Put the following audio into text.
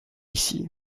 ici